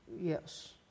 Yes